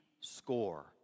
score